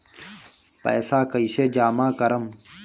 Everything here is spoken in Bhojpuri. पैसा कईसे जामा करम?